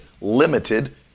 limited